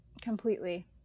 Completely